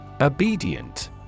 Obedient